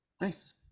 Nice